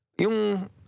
yung